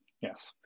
Yes